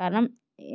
കാരണം